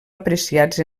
apreciats